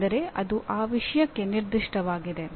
ಅಂದರೆ ಅದು ಆ ವಿಷಯಕ್ಕೆ ನಿರ್ದಿಷ್ಟವಾಗಿದೆ